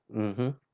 mmhmm